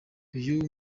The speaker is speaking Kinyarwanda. uyu